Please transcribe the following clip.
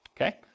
okay